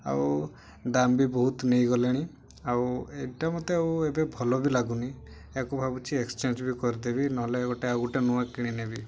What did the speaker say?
ଆଉ ଦାମ୍ ବି ବହୁତ ନେଇଗଲେଣି ଆଉ ଏଇଟା ମୋତେ ଆଉ ଏବେ ଭଲ ବି ଲାଗୁନି ୟାକୁ ଭାବୁଛି ଏକ୍ସଚେଞ୍ଜ ବି କରିଦେବି ନହେଲେ ଗୋଟେ ଆଉ ଗୋଟେ ନୂଆ କିଣିନେବି